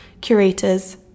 curators